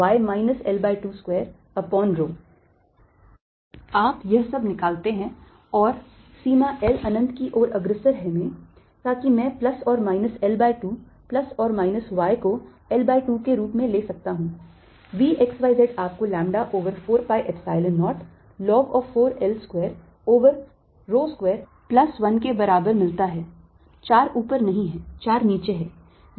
sec 12yL22sec 22y L22 आप यह सब निकालते हैं और सीमा L अनंत की ओर अग्रसर है में ताकि मैं plus or minus L by 2 plus or minus y को L by 2 के रूप में ले सकता हूं V x y z आपको lambda over 4 pi Epsilon 0 log of 4 L square over rho square plus 1 के बराबर मिलता है 4 ऊपर नहीं है 4 नीचे है